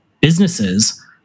businesses